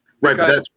right